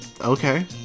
Okay